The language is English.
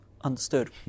understood